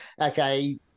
okay